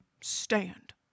stand